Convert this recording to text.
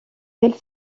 quelle